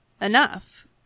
enough